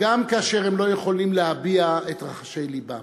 גם כאשר הם לא יכולים להביע את רחשי לבם.